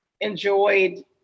enjoyed